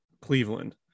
Cleveland